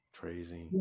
Crazy